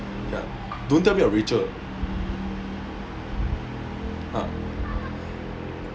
ya don't tell me about rachel